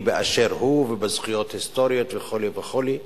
באשר הוא ובזכויות היסטוריות וכו' וכו',